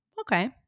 okay